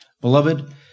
Beloved